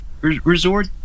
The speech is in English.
resort